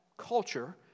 culture